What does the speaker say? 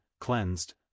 cleansed